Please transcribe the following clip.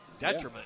Detriment